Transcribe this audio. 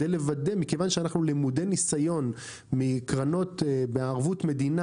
מכיוון שאנחנו למודי ניסיון מקרנות בערבות מדינה.